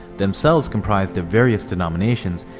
themselves comprised of various denominations,